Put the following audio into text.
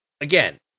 again